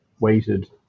weighted